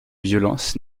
violence